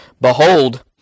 Behold